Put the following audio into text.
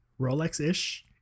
Rolex-ish